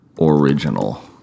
Original